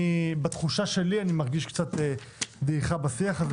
בתחושה שלי אני מרגיש קצת דעיכה בשיח הזה